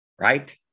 right